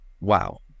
wow